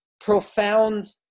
profound